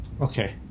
Okay